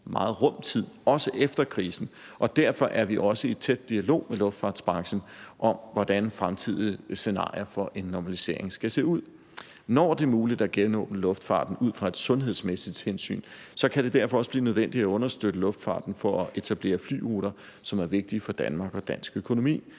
meget rum tid. Og derfor er vi også i en tæt dialog med luftfartsbranchen om, hvordan fremtidige scenarier for en normalisering skal se ud. Når det er muligt at genåbne luftfarten ud fra et sundhedsmæssigt hensyn, kan det derfor også blive nødvendigt at understøtte luftfarten for at etablere flyruter, som er vigtige for Danmark og dansk økonomi.